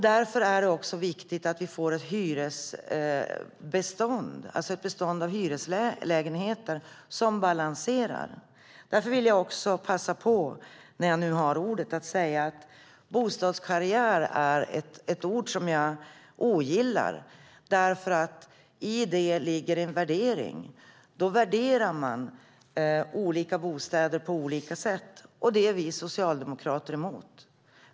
Därför är det också viktigt att vi får ett bestånd av hyreslägenheter som balanserar. Därför vill jag passa på, när jag nu har ordet, att säga att bostadskarriär är ett ord som jag ogillar därför att i det ligger en värdering. Då värderar man olika bostäder på olika sätt, och det är vi socialdemokrater emot.